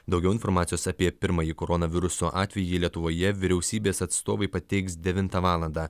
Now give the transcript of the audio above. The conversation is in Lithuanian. daugiau informacijos apie pirmąjį koronaviruso atvejį lietuvoje vyriausybės atstovai pateiks devintą valandą